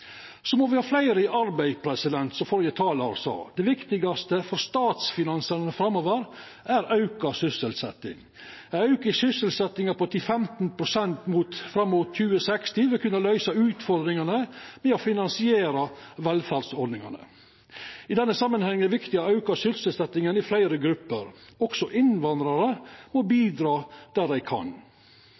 Så må me ha fleire i arbeid, som førre talar sa. Det viktigaste for statsfinansane framover er auka sysselsetting. Ein auke i sysselsetjinga på 10–15 pst. fram mot 2060 vil kunna løysa utfordringane med å finansiera velferdsordningane. I denne samanhengen er det viktig å auka sysselsetjinga i fleire grupper. Også innvandrarar må bidra der dei kan.